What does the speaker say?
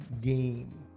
game